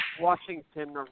Washington